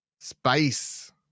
Space